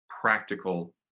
practical